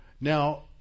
Now